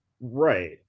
right